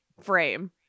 frame